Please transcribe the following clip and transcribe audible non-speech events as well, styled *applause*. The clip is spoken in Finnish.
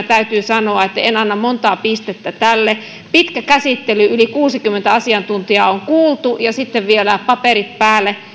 *unintelligible* täytyy sanoa että prosessina en anna montaa pistettä tälle pitkä käsittely yli kuusikymmentä asiantuntijaa on kuultu ja sitten vielä paperit päälle